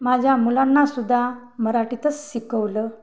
माझ्या मुलांनासुद्धा मराठीतच शिकवलं